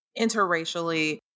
interracially